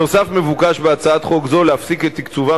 נוסף על כך מבוקש בהצעת חוק זו להפסיק את תקצובם